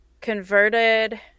converted